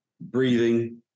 breathing